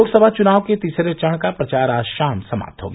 लोकसभा चुनाव के तीसरे चरण का प्रचार आज शाम समाप्त हो गया